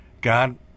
God